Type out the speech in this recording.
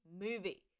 movie